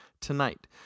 tonight